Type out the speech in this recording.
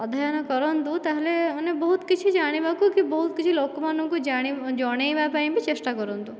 ଅଧ୍ୟୟନ କରନ୍ତୁ ତାହାଲେ ବହୁତ କିଛି ଜାଣିବାକୁ କି ବହୁତ କିଛି ଜାଣି ଲୋକମାନଙ୍କୁ ଜଣେଇବା ପାଇଁ ବି ଚେଷ୍ଟା କରନ୍ତୁ